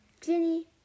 Ginny